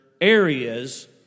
areas